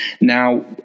now